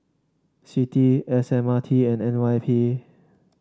C T S M R T and N Y P